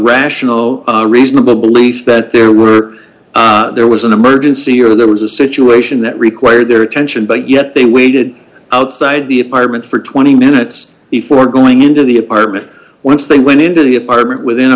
rational reasonable belief that there were there was an emergency or there was a situation that required their attention but yet they waited outside the apartment for twenty minutes before going into the apartment once they went into the apartment within a